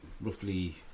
roughly